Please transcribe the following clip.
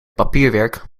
papierwerk